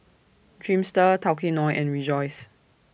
Dreamster Tao Kae Noi and Rejoice